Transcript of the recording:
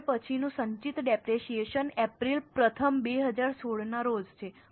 હવે પછીનું સંચિત ડેપરેશીયેશન એપ્રિલ પ્રથમ 2016 ના રોજ છે